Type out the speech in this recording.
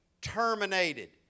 terminated